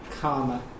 Karma